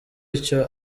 icyo